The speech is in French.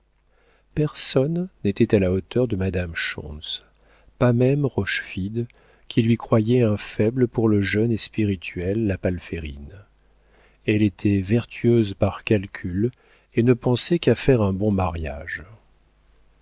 personne n'était à la hauteur de madame schontz pas même rochefide qui lui croyait un faible pour le jeune et spirituel la palférine elle était vertueuse par calcul et ne pensait qu'à faire un bon mariage